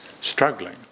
struggling